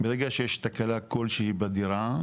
ברגע שיש תקלה כולשהי בדירה,